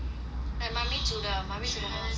like mummy 煮的 mummy 煮的很好吃